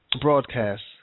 broadcast